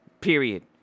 Period